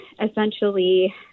essentially